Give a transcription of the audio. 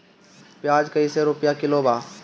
प्याज कइसे रुपया किलो बा?